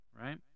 right